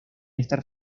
estar